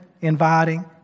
inviting